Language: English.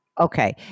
Okay